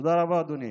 תודה רבה, אדוני.